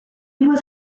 was